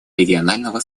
регионального